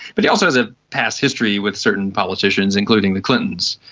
but he also has a past history with certain politicians, including the clintons.